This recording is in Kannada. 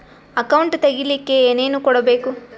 ಅಕೌಂಟ್ ತೆಗಿಲಿಕ್ಕೆ ಏನೇನು ಕೊಡಬೇಕು?